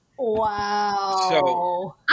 Wow